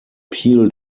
peel